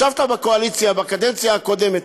ישבת בקואליציה בקדנציה הקודמת.